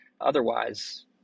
otherwise